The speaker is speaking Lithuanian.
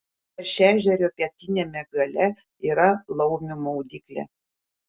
paršežerio pietiniame gale yra laumių maudyklė